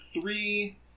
three